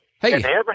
Hey